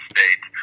States